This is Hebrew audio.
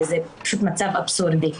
וזה פשוט מצב אבסורדי.